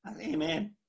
Amen